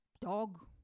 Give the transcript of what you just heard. Dog